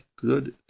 good